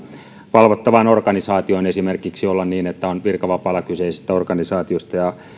valvottavaan organisaatioon esimerkiksi niin että on virkavapaalla kyseisestä organisaatiosta ja